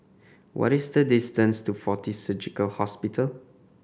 what is the distance to Fortis Surgical Hospital